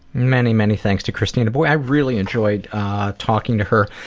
many, many thanks to christina. boy, i really enjoyed talking to her.